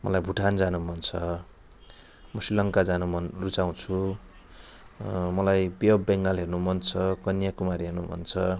मलाई भुटान जान मन छ म श्रीलङ्का जान मन रूचाउँछु मलाई बे अफ बेङ्गाल हेर्नु मन छ कन्याकुमारी हेर्नु मन छ